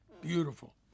beautiful